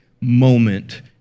moment